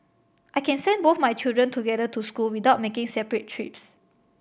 I can send both my children together to school without making separate trips